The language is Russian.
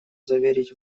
заверить